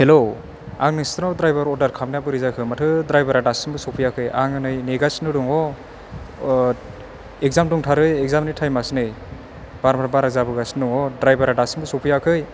hello आं नोंसिनाव driver order खालामनाया बोरै जाखो माथो द्रायबारा दासिमबो सफैयाखै आङो नै नेगासिनो दङ' इगजाम दंथारो इगजामनि टाइमासो नै बारानिफ्राय बारा जाबोगासिनो दङ' द्रायबारा दासिमबो सौफैयाखै